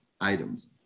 items